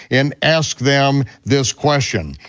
and ask them this question.